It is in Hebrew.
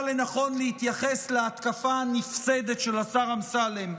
לנכון להתייחס להתקפה הנפסדת של השר אמסלם.